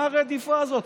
מה הרדיפה הזאת?